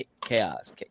chaos